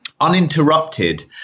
uninterrupted